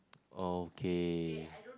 okay